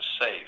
safe